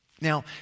Now